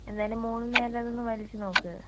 എന്തായാലും മൂന്നു നേരം അതൊന്ന് വലിച്ചു നോക്ക്